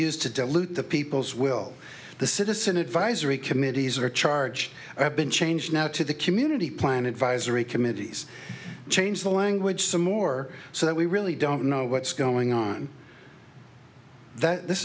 used to dilute the people's will the citizen advisory committees or charge have been changed now to the community plan advisory committees change the language some more so that we really don't know what's going on that this